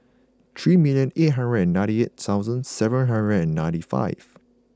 three minute eight hundred ninety eight thousand seven hundred ninety five